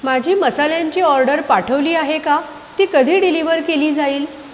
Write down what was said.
माझी मसाल्यांची ऑर्डर पाठवली आहे का ती कधी डिलिव्हर केली जाईल